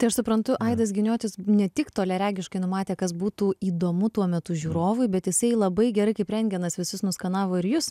tai aš suprantu aidas giniotis ne tik toliaregiškai numatė kas būtų įdomu tuo metu žiūrovui bet jisai labai gerai kaip rentgenas visus nuskanavo ir jus